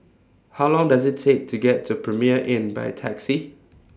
How Long Does IT Take to get to Premier Inn By Taxi